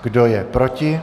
Kdo je proti?